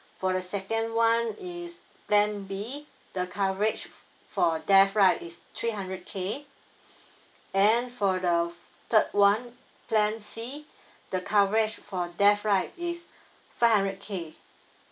for the second [one] is plan B the coverage for death right is three hundred K and for the third [one] plan C the coverage for death right is five hundred K